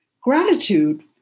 Gratitude